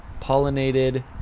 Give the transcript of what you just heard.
pollinated